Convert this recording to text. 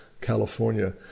California